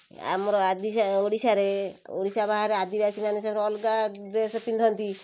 ଆମର ଆଦି ଓଡ଼ିଶାରେ ଓଡ଼ିଶା ବାହାରେ ଆଦିବାସୀମାନେ ସବୁ ଅଲଗା ଡ୍ରେସ୍ ପିନ୍ଧନ୍ତି